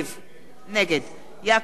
נגד יעקב מרגי,